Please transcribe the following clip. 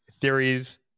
theories